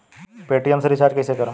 Paytm से recharge कईसे करम?